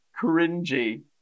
cringy